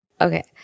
Okay